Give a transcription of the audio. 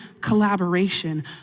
collaboration